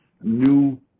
new